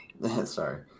Sorry